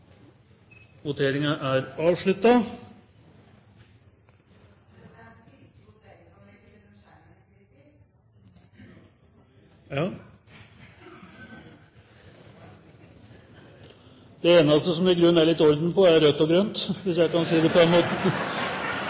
ikke virker? Ja. Det eneste som det i grunnen er litt orden på, er rødt og grønt – hvis jeg kan si det på den måten!